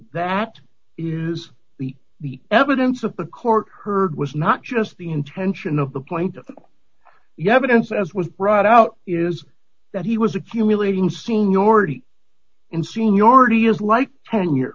that is the the evidence of the court heard was not just the intention of the plaintiff you have a chance as was brought out is that he was accumulating seniority in seniority is like ten